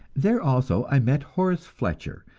there also i met horace fletcher,